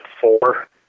four